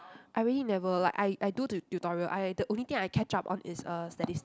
I really never like I I do tu~ tutorial I the only thing I catch up on is uh statis~